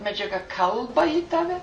medžiaga kalbą į tave